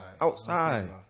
Outside